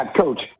Coach